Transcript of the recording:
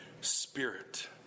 Spirit